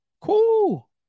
cool